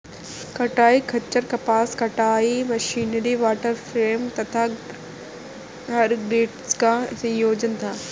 कताई खच्चर कपास कताई मशीनरी वॉटर फ्रेम तथा हरग्रीव्स का संयोजन था